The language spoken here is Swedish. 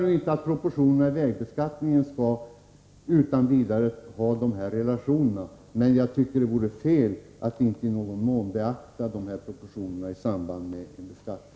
Nu menar jag inte att vägbeskattningen utan vidare skall ha dessa relationer, men jag tycker att det vore fel att inte i någon mån beakta de här proportionerna i samband med en beskattning.